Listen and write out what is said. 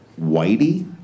Whitey